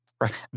right